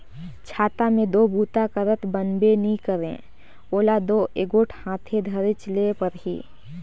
छाता मे दो बूता करत बनबे नी करे ओला दो एगोट हाथे धरेच ले परही